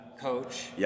coach